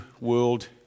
world